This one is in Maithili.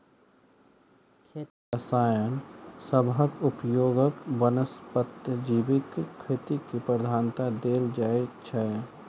खेती मे रसायन सबहक उपयोगक बनस्पैत जैविक खेती केँ प्रधानता देल जाइ छै